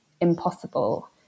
impossible